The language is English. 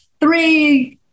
three